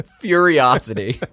curiosity